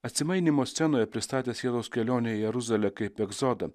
atsimainymo scenoje pristatė sielos kelionę į jeruzalę kaip egzodo